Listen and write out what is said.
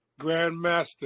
Grandmaster